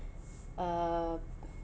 uh